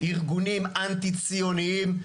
ארגונים אנטי ציוניים,